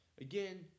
Again